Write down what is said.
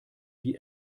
die